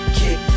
kick